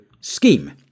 scheme